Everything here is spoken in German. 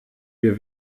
wir